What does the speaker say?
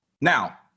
Now